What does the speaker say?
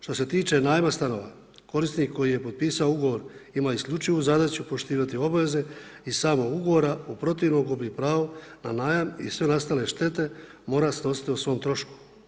Što se tiče najma stanova korisnik koji je potpisao ugovor ima isključivu zadaću poštivati obaveze iz samog ugovora u protivnom gubi pravo na najam i sve nastale štete mora snositi o svom trošku.